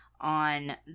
on